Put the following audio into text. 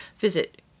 Visit